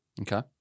Okay